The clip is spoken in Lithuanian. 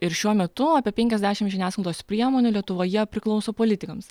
ir šiuo metu apie penkiasdešimt žiniasklaidos priemonių lietuvoje priklauso politikams